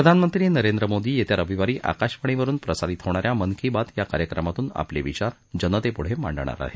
प्रधानमंत्री नरेंद्र मोदी येत्या रविवारी आकाशवाणीवरुन प्रसारित होणा या मन की बात या कार्यक्रमात आपले विचार जनते पुढं मांडणार आहेत